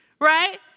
Right